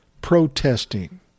protesting